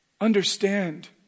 understand